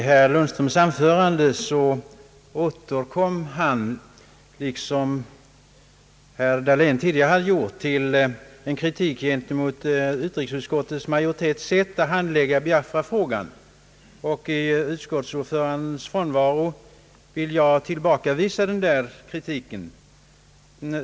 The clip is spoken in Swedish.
Herr talman! Herr Lundström liksom herr Dahlén kritiserade i sina anföranden utrikesutskottsmajoritetens sätt att handlägga Biafrafrågan. I utskottets ordförandes frånvaro vill jag tillbakavisa denna kritik.